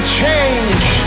change